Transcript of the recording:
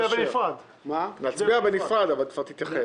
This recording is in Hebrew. נצביע בנפרד, אבל כבר תתייחס.